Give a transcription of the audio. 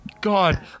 God